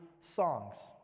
songs